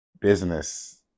business